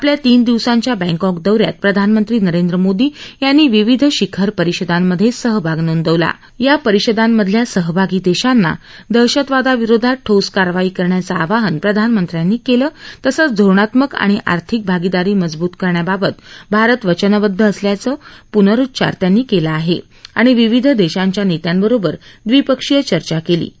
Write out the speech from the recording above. आपल्या तीन दिवसांच्या बँकॉक दौऱ्यात प्रधानमंत्री नरेंद्र मोदी यांनी विविध शिखर परिषदांमध सहभाग नोंदवला या परिषदांमधील सहभागी दश्वांना दहशतवादाविरोधात ठोस कारवाई करण्याचं आवाहन प्रधानमंत्र्यांनी कालं तसंच धोरणात्मक आणि आर्थिक भागीदारी मजबूत करण्याबाबत भारत वचनबदध असल्याचं प्नरूच्चान त्यांनी कला आणि विविध दक्षांच्या नस्यांबरोबर द्विपक्षीय चर्चा कक्षी